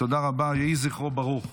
תודה רבה, יהי זכרו ברוך.